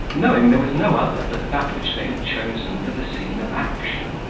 knowing there was no other but that which they had chosen for the scene of action.